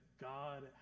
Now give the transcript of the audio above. God